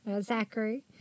Zachary